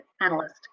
analyst